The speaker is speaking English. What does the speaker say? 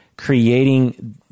Creating